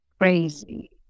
crazy